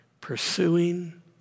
Pursuing